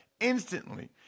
instantly